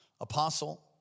apostle